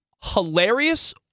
hilarious